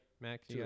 Max